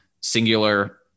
singular